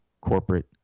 corporate